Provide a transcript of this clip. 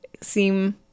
seem